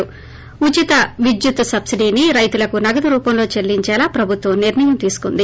ి ఉచిత విద్యుత్ సబ్బిడీని రైతులకు నగదు రూపంలో చెల్లించేలా ప్రభుత్వం నిర్ణయం తీసుకుంది